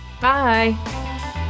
Bye